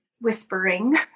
whispering